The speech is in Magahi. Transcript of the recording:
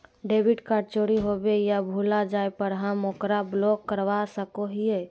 डेबिट कार्ड चोरी होवे या भुला जाय पर हम ओकरा ब्लॉक करवा सको हियै